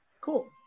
Cool